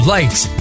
Lights